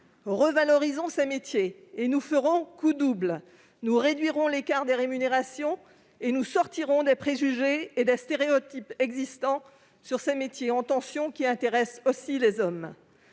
Revalorisons ces métiers et nous ferons coup double : nous réduirons l'écart de rémunération et nous sortirons des préjugés et des stéréotypes existant sur ces métiers en tension qui intéressent aussi les hommes.